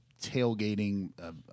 tailgating